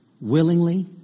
Willingly